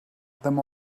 them